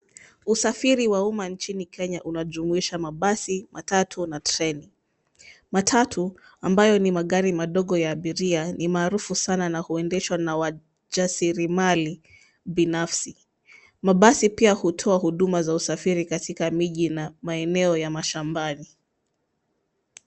Usafiri wa umma nchini kenya unajumuisha mabasi, matatu na treni. Matatu ambayo ni magari madogo ya abiria ni maarufu sana na huendeshwa na wajarasilimali binafsi. Mabasi pia hutoa huduma za usafiri katika miji na maeneo ya mashambani.